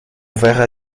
verra